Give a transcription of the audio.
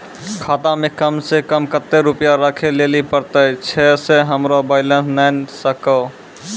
खाता मे कम सें कम कत्ते रुपैया राखै लेली परतै, छै सें हमरो बैलेंस नैन कतो?